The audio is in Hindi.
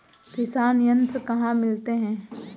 किसान यंत्र कहाँ मिलते हैं?